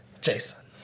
Jason